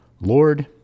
Lord